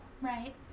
Right